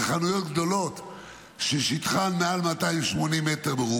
בחנויות גדולות ששטחן מעל 280 מ"ר,